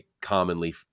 commonly